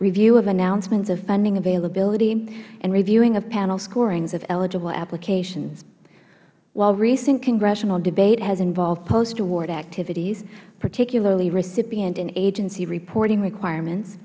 review of announcements of funding availability and review of panel scorings of eligible applications while recent congressional debate has involved post award activities particularly recipient and agency reporting requirements